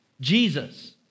Jesus